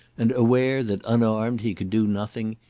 and aware that unarmed he could do nothing,